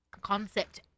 concept